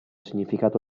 significato